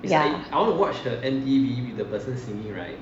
yeah